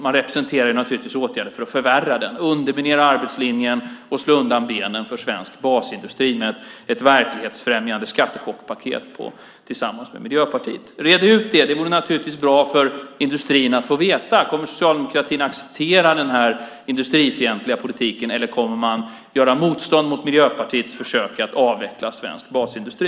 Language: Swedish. Man representerar naturligtvis åtgärder för att förvärra den, för att underminera arbetslinjen och slå undan benen för svensk basindustri med ett verklighetsfrämmande skattechockspaket tillsammans med Miljöpartiet. Red ut det! Det vore naturligtvis bra för industrin att få veta om socialdemokratin kommer att acceptera den här industrifientliga politiken eller om man kommer att göra motstånd mot Miljöpartiets försök att avveckla svensk basindustri.